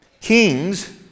Kings